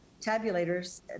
tabulators